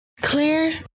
Clear